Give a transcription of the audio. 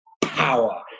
power